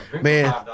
Man